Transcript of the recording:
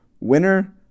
winner